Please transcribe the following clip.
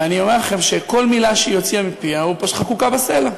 ואני אומר לכם שכל מילה שהיא הוציאה מפיה פשוט חקוקה בסלע.